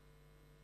מוסאווי.